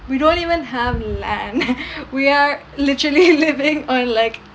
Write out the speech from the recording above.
we don't even have land we are literally living on like